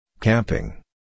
camping